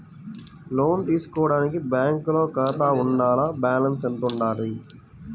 లోను తీసుకోవడానికి బ్యాంకులో ఖాతా ఉండాల? బాలన్స్ ఎంత వుండాలి?